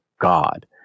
God